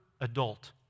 adult